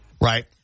Right